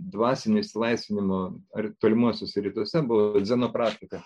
dvasinio išsilaisvinimo ar tolimuosiuose rytuose buvo dzeno praktika